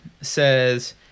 says –